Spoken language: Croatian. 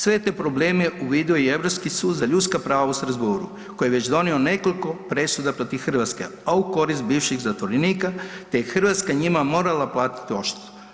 Sve te probleme uvidio je i Europski sud za ljudska prava u Strasbourgu koji je donio već nekoliko presuda protiv Hrvatske, a u korist bivših zatvorenika te je Hrvatska njima morala platiti odštetu.